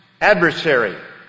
adversary